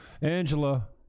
Angela